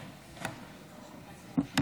אדוני.